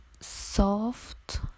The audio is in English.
soft